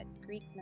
Greek